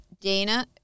Dana